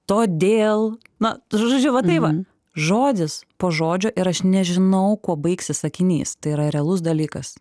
todėl na žodžiu va taip va žodis po žodžio ir aš nežinau kuo baigsis sakinys tai yra realus dalykas